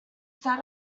sat